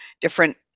different